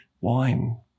wine